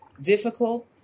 difficult